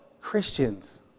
Christians